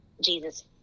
Jesus